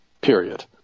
period